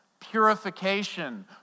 purification